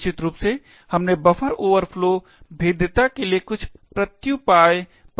निश्चित रूप से हमने बफर ओवरफ्लो भेद्यता के लिए कुछ प्रत्युपाय पर चर्चा किया था